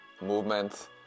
movement